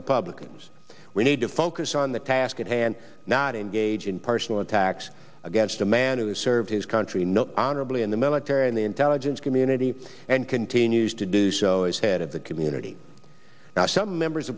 republicans we need to focus on the task at hand not engage in personal attacks against a man who has served his country no honorably in the military in the intelligence community and continues to do so as head of the community now some members